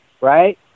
right